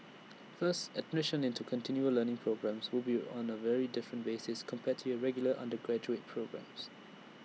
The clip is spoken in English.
first admission into continual learning programmes will be on A very different basis compared to your regular undergraduate programmes